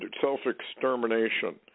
self-extermination